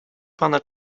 pana